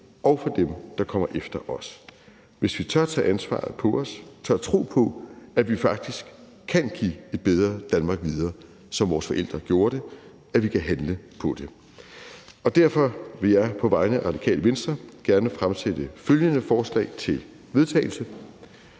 og for dem, der kommer efter os; hvis vi tør tage ansvaret på os og tør tro på, at vi faktisk kan give et bedre Danmark videre, som vores forældre gjorde det, så vi kan handle på det. Derfor vil jeg på vegne af Radikale Venstre gerne fremsætte følgende: Forslag til vedtagelse